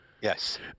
yes